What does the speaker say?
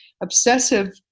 obsessive